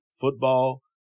football